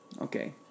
Okay